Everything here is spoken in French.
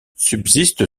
subsiste